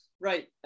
Right